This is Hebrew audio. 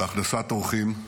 בהכנסת אורחים,